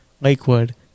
lakewood